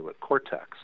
cortex